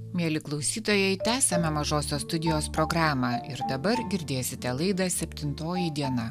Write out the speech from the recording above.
mieli klausytojai tęsiame mažosios studijos programą ir dabar girdėsite laidą septintoji diena